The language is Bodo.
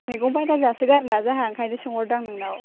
मैगं बाजार जाफैबाय आरोना जाहा ओंखायनो सोंहरदां नोंनाव